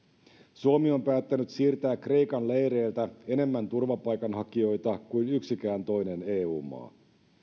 suomi on päättänyt siirtää kreikan leireiltä enemmän turvapaikanhakijoita kuin yksikään toinen eu maa